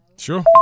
sure